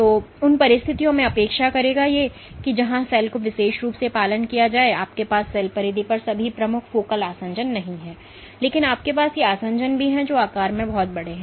कोई उन परिस्थितियों में अपेक्षा करेगा जहां सेल को विशेष रूप से पालन किया जाना चाहिए क्योंकि आपके पास सेल परिधि पर सभी प्रमुख फोकल आसंजन नहीं हैं लेकिन आपके पास ये आसंजन भी हैं जो आकार में बहुत बड़े हैं